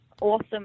awesome